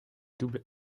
double